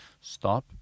stop